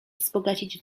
wzbogacić